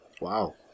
Wow